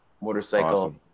motorcycle